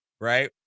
right